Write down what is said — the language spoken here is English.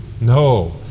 No